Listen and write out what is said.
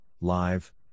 live